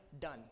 done